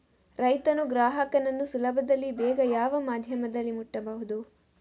ರೈತನು ಗ್ರಾಹಕನನ್ನು ಸುಲಭದಲ್ಲಿ ಬೇಗ ಯಾವ ಮಾಧ್ಯಮದಲ್ಲಿ ಮುಟ್ಟಬಹುದು?